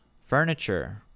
furniture